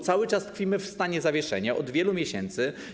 Cały czas tkwimy w stanie zawieszenia, od wielu miesięcy.